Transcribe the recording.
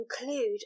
include